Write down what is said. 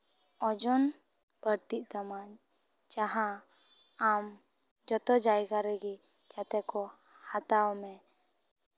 ᱚᱡᱚᱱ ᱵᱟᱹᱲᱛᱤᱜ ᱛᱟᱢᱟ ᱡᱟᱦᱟᱸ ᱟᱢ ᱡᱚᱛᱚ ᱡᱟᱭᱜᱟ ᱨᱮᱜᱮ ᱡᱟᱛᱮ ᱠᱚ ᱦᱟᱛᱟᱣ ᱢᱮ